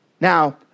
Now